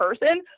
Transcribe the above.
person